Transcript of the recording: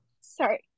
Sorry